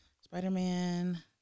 Spider-Man